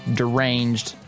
deranged